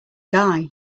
guy